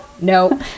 no